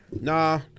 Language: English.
Nah